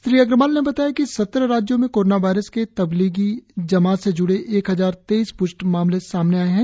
श्री अग्रवाल ने बताया कि सत्रह राज्यों में कोरोना वायरस के तब्लीगी जमात से ज्ड़े एक हजार तेईस प्ष्ट मामले सामने आए हैं